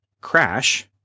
crash